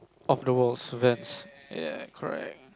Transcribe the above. of the walls Vans ya correct